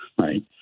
Right